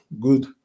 good